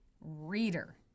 reader